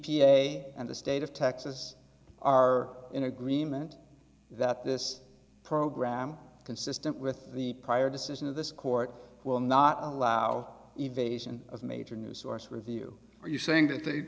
a and the state of texas are in agreement that this program consistent with the prior decision of this court will not allow evasion of major new source review are you saying to the